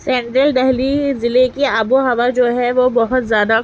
central Delhi ضلع کی آب و ہوا جو ہے وہ بہت زیادہ